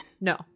No